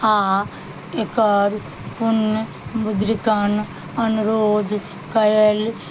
आओर एकर पुणःमुद्रिकरण अनुरोध कयल